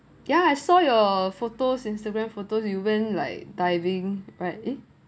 ya I saw your photos instagram photos you went like diving right eh